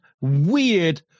weird